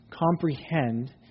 comprehend